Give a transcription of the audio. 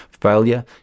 Failure